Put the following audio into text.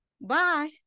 Bye